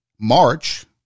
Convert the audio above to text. march